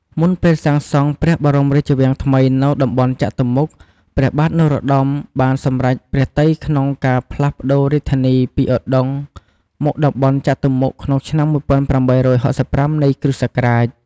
មុនពេលសាងសង់ព្រះបរមរាជវាំងថ្មីនៅតំបន់ចតុមុខ ព្រះបាទ នរោត្តម បានសម្រេចព្រះទ័យក្នុង ការផ្លាសប្ដូររាជធានីពីឧដុង្គ មកតំបន់ចតុមុខក្នុងឆ្នាំ ១៨៦៥ នៃគ.សករាជ។